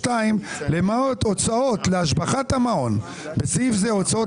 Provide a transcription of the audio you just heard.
--- יישא בכל ההוצאות הנדרשות ובכלל זה בהוצאות